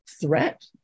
threat